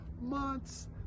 months